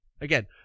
Again